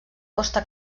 costa